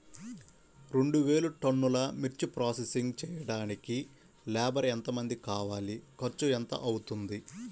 రెండు వేలు టన్నుల మిర్చి ప్రోసెసింగ్ చేయడానికి లేబర్ ఎంతమంది కావాలి, ఖర్చు ఎంత అవుతుంది?